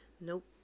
nope